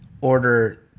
order